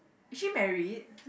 is she married